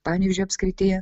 panevėžio apskrityje